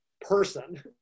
person